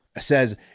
says